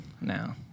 Now